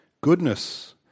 goodness